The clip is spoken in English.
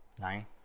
Nine